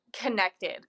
connected